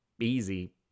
easy